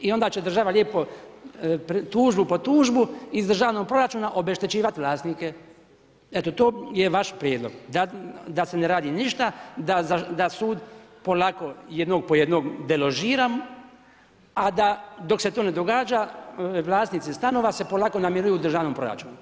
I onda će država lijepo tužbu po tužbu iz državnog proračuna obeštećivati vlasnike, eto to je vaš prijedlog, da se ne radi ništa, da ud polako jednog po jednog deložira, a da dok se to ne događa, vlasnici stanova se polako namiruju u državnom proračunu.